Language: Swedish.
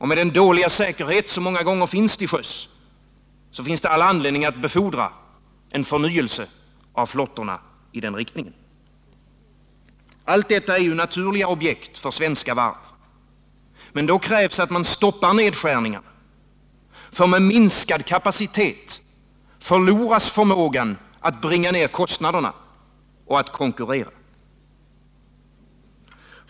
Med den dåliga säkerhet som många gånger råder till sjöss finns det all anledning att befordra förnyelse av flottorna i den riktningen. Allt detta är ju naturliga objekt för svenska varv. Men då krävs att man stoppar nedskärningarna, för med minskad kapacitet förloras förmågan att bringa ned kostnaderna och konkurrera.